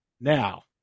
Now